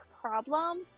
problem